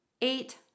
eight